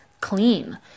clean